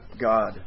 God